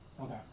Okay